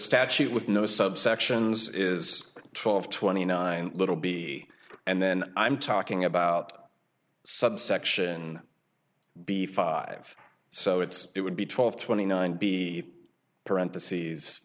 statute with no subsections is twelve twenty nine little b and then i'm talking about subsection b five so it's it would be twelve twenty nine b parent